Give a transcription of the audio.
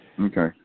Okay